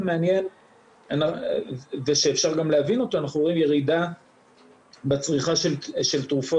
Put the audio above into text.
מעניין ושאפשר גם להבין אותו אנחנו רואים ירידה בצריכה של תרופות